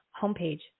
homepage